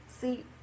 see